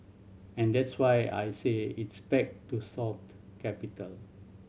and that's why I say it's back to soft capital